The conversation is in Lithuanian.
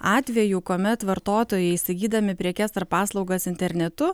atvejų kuomet vartotojai įsigydami prekes ar paslaugas internetu